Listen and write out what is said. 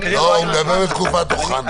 הוא מדבר בתקופת אוחנה.